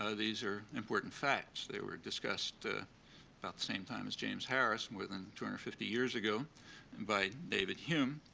ah these are important facts. they were discussed about the same time as james harris more than two hundred and fifty years ago and by david hume.